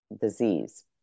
disease